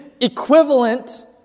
equivalent